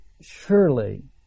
surely